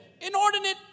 inordinate